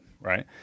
right